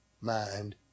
mind